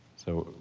so,